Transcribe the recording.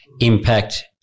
impact